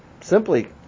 simply